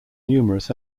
numerous